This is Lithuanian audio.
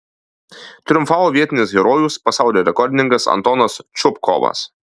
triumfavo vietinis herojus pasaulio rekordininkas antonas čupkovas